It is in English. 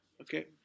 Okay